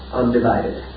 undivided